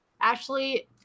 Ashley